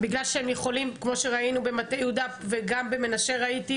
בגלל שהם יכולים כמו שראינו במטה יהודה וגם במנשה ראיתי,